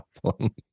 problem